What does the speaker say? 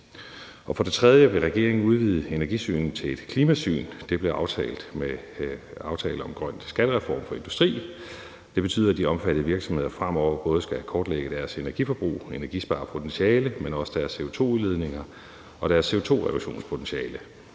For det tredje vil regeringen udvide energisynet til et klimasyn. Det blev aftalt med »Aftale om Grøn skattereform for industri mv.«. Det betyder, at de omfattede virksomheder fremover både skal kortlægge deres energiforbrug og energisparepotentiale, men også deres CO2-udledninger og deres CO2-reduktionspotentiale.